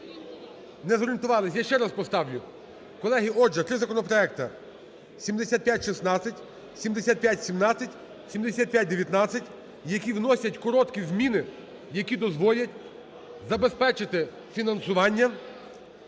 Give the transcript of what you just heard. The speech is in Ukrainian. Не зорієнтувались. Я ще раз поставлю. Колеги, отже, три законопроекти 7516, 7517, 7519, які вносять короткі зміни, які дозволять забезпечити фінансування